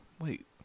wait